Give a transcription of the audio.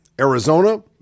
arizona